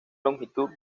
longitud